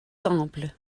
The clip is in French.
temple